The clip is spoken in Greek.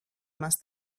μας